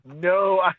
no